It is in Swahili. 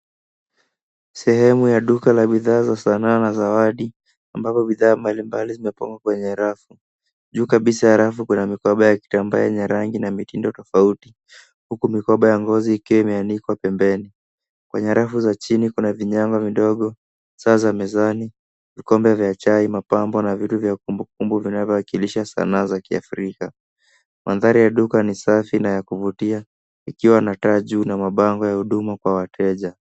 Sehemu ya duka la bidhaa za sanaa na zawadi ambapo bidhaa mbalimbali zimepangwa kwenye rafu. Juu kabisa ya rafu kuna mikoba ya kitambaa yenye rangi na mitindo tofauti huku mikoba ya ngozi ikiwa imeanikwa pembeni. Kwenye rafu za chini kuna vinyama vidogo, saa za mezani, vikombe vya chai, mapambo na vitu vya kumbukumbu vinavyowakilisha sanaa za kiafrika. Mandhari ya duka ni safi na ya kuvutia ikiwa na taa juu na mabango ya huduma kwa wateja.